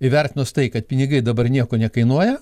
įvertinus tai kad pinigai dabar nieko nekainuoja